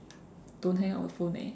don't hang up the phone eh